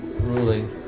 ruling